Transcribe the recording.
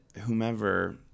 whomever